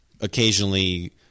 occasionally